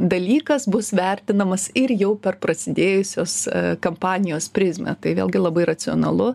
dalykas bus vertinamas ir jau per prasidėjusios kampanijos prizmę tai vėlgi labai racionalu